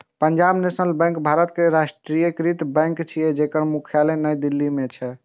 Punjab national bank भारतक राष्ट्रीयकृत bank छियै, जेकर मुख्यालय नई दिल्ली मे छै